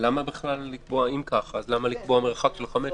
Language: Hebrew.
אם כך, אז למה מרחק של 500?